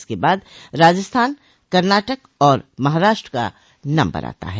इसके बाद राजस्थान कर्नाटक और महाराष्ट्र का नम्बर आता है